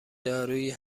دارویی